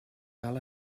cal